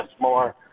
more